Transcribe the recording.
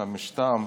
"חמשתם",